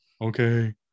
okay